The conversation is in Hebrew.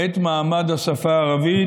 את מעמד השפה הערבית,